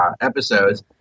episodes